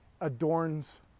adorns